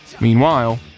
Meanwhile